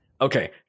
Okay